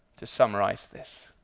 to summarise this.